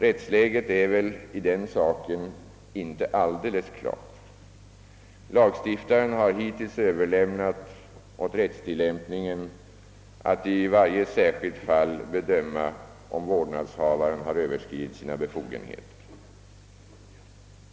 Rättsläget är väl inte alldeles klart beträffande denna sak. Lagstiftaren har hittills överlämnat åt rättstillämpningen att i varje särskilt fall bedöma om vårdnadshavaren har överskridit sina befogenheter.